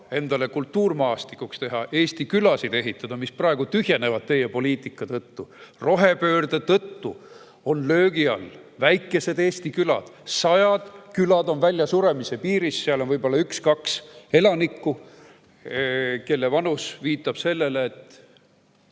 endale kultuurmaastikuks teha, ehitada Eesti külasid, mis praegu tühjenevad teie poliitika tõttu. Rohepöörde tõttu on löögi all väikesed Eesti külad, sajad külad on väljasuremise piiril. Seal on võib-olla üks-kaks elanikku, kelle vanus viitab sellele, et